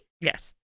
Yes